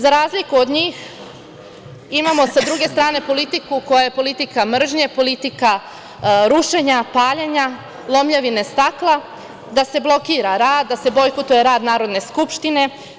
Za razliku od njih, imamo sa druge strane politiku koja je politika mržnje, politika rušenja, paljenja, lomljavine stakla, da se blokira rad, da se bojkotuje rad Narodne skupštine.